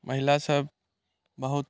महिला सब बहुत